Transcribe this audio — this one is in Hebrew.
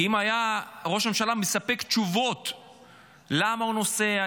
כי אם ראש הממשלה היה מספק תשובות למה הוא נוסע,